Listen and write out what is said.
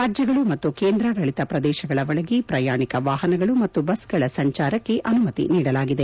ರಾಜ್ಯಗಳು ಮತ್ತು ಕೇಂದ್ರಾಡಳಿತ ಪ್ರದೇಶಗಳ ಒಳಗೆ ಪ್ರಯಾಣಿಕ ವಾಹನಗಳು ಮತ್ತು ಬಸ್ಗಳ ಸಂಚಾರಕ್ಕೆ ಅನುಮತಿ ನೀಡಲಾಗಿದೆ